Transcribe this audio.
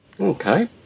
Okay